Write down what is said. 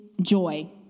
joy